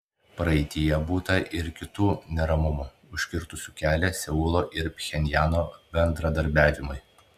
praeityje būta ir kitų neramumų užkirtusių kelią seulo ir pchenjano bendradarbiavimui